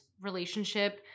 relationship